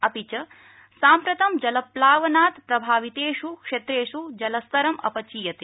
अपि च साम्प्रतं जलप्लावनात् प्रभावितेष् क्षेत्रेष् जलस्तरम् अपचीयते